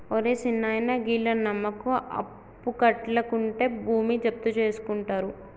ఒరే సిన్నాయనా, గీళ్లను నమ్మకు, అప్పుకట్లకుంటే భూమి జప్తుజేసుకుంటరు